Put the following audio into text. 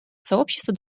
сообщество